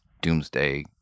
doomsday